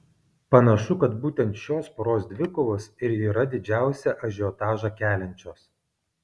panašu kad būtent šios poros dvikovos ir yra didžiausią ažiotažą keliančios